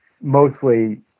mostly